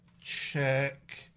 check